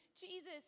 Jesus